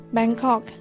Bangkok